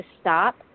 stop